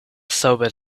sobered